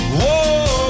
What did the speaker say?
whoa